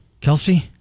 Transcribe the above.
Kelsey